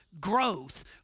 growth